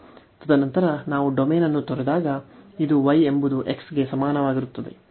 ತದನಂತರ ನಾವು ಡೊಮೇನ್ ಅನ್ನು ತೊರೆದಾಗ ಇದು y ಎಂಬುದು x ಗೆ ಸಮಾನವಾಗಿರುತ್ತದೆ